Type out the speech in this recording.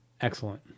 Excellent